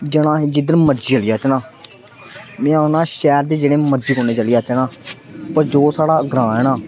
जड़ां अहें जिद्धर मर्जी चली जाचे ना में आखना शैहर दे जेह्ड़े मर्जी कोने च चली जाह्चे ना पर जो स्हाड़ा ग्रां ऐ ना